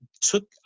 took